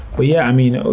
but yeah, i mean,